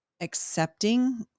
accepting